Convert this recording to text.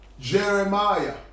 Jeremiah